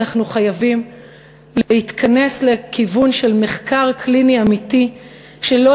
אנחנו חייבים להתכנס לכיוון של מחקר קליני אמיתי שלא